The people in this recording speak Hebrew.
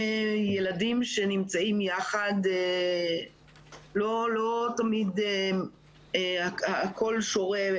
ילדים שנמצאים יחד לא תמיד הכול שורה,